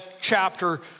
chapter